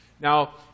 Now